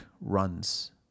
runs